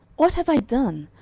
what have i done?